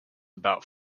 about